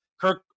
Kirk